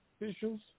officials